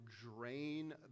drain